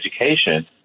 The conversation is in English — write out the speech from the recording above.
education